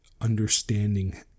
understanding